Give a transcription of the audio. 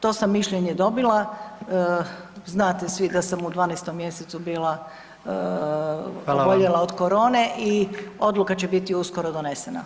To sam mišljenje dobila, znate svi da sam u 12. mjesecu bila oboljela od korone i odluka će biti uskoro donesena.